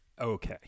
Okay